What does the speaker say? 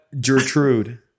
Gertrude